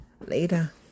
Later